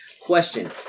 Question